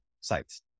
sites